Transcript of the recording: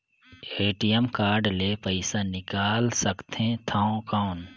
ATM card ले पइसा निकाल सकथे थव कौन?